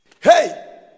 Hey